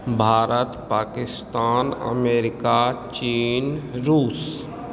Bharat Pakistan America चीन रूस